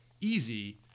easy